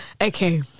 Okay